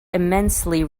immensely